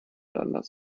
anders